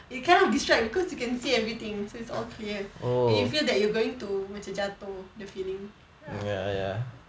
you kind of distract because you can see everything so it's all clear and you feel that you going to macam jatuh the feeling